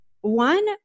One